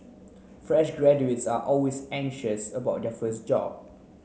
fresh graduates are always anxious about their first job